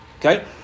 Okay